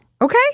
Okay